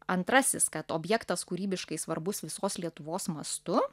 antrasis kad objektas kūrybiškai svarbus visos lietuvos mastu